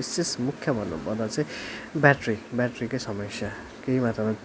विशेष मुख्य भन्नुपर्दा चैँ ब्याट्री ब्याट्रीकै समस्या केही मात्रमा